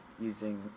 using